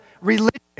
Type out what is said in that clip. religion